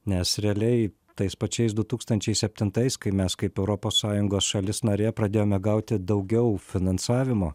nes realiai tais pačiais du tūkstančiai septintais kai mes kaip europos sąjungos šalis narė pradėjome gauti daugiau finansavimo